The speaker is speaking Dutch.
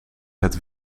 het